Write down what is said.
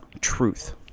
truth